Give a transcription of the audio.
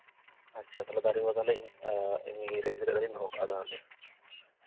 ᱟᱪᱪᱷᱟ ᱫᱟᱨᱮ ᱠᱚ ᱛᱟᱦᱚᱞᱮ ᱤᱧ ᱨᱮᱰᱤ ᱠᱟᱛᱮᱫ ᱜᱤᱧ ᱫᱚᱦᱚ ᱠᱟᱜᱼᱟ ᱛᱟᱦᱚᱞᱮ